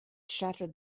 shattered